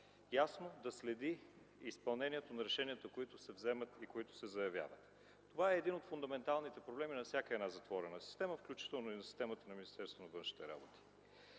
ясно да следи изпълнението на решенията, които се вземат и които се заявяват. Това е един от фундаменталните проблеми на всяка една затворена система, включително и на системата на Министерството на външните работи.